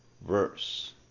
verse